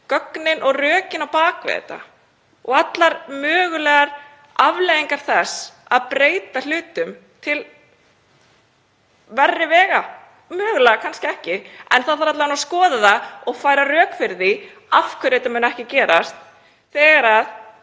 gögnin og rökin á bak við þetta og allar mögulegar afleiðingar þess að breyta hlutum til verri vegar? Mögulega, kannski ekki en það þarf alla vega að skoða og færa rök fyrir því af hverju þetta mun ekki gerast þegar